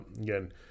again